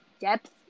depth